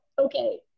okay